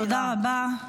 תודה רבה.